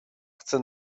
chce